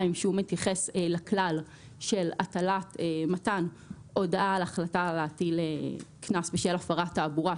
שהוא מתייחס לכלל של מתן הודעה על החלטה להטיל קנס בשל הפרת תעבורה,